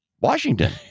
Washington